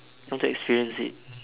want to experience it